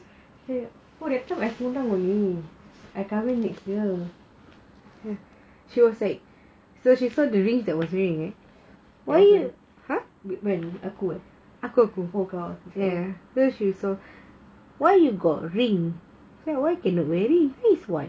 she say that time I fall down only I kahwin next year aku kau